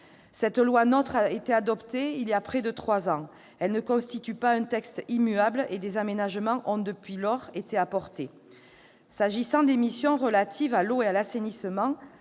Cette loi NOTRe a été adoptée il y a près de trois ans. Elle ne constitue pas un texte immuable et des aménagements ont, depuis lors, été apportés. S'agissant des missions relatives à l'eau et à l'assainissement,